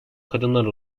kadınlar